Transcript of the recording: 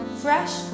fresh